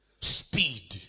speed